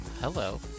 hello